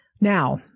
now